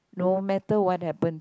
no matter what happens